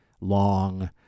long